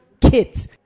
kids